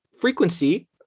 frequency